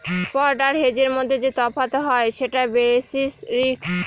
spot আর হেজের মধ্যে যে তফাৎ হয় সেটা বেসিস রিস্ক